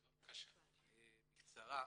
בקצרה,